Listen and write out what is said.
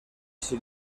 sin